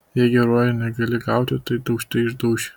jei geruoju negali gauti tai daužte išdauši